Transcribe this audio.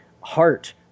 heart